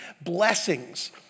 blessings